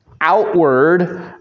outward